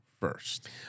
first